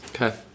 Okay